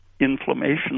inflammation